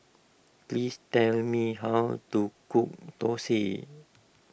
please tell me how to cook Thosai